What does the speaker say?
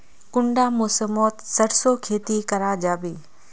कुंडा मौसम मोत सरसों खेती करा जाबे?